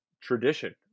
tradition